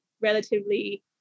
relatively